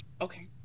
Okay